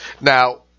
Now